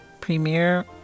premiere